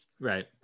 Right